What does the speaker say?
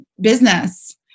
business